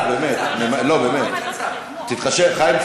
אתה חייב?